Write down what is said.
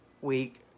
week